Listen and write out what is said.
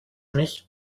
mich